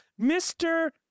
Mr